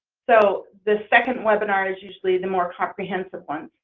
so the second webinar is usually the more comprehensive one,